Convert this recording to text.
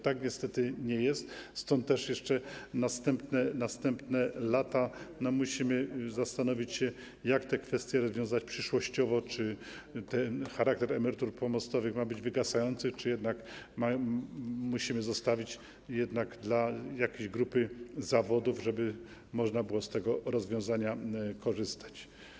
Tak niestety nie jest, stąd też jeszcze, jeżeli chodzi o następne lata, musimy zastanowić się, jak te kwestie rozwiązać przyszłościowo, czy ten charakter emerytur pomostowych ma być wygasający, czy jednak musimy je zostawić dla jakiejś grupy zawodów, żeby można było z tego rozwiązania korzystać.